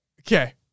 Okay